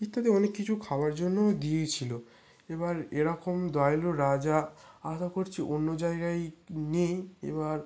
ইত্যাদি অনেক কিছু খাবার জন্যও দিয়েছিল এবার এরকম দয়ালু রাজা আশা করছি অন্য জায়গায় নেই এবার